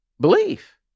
belief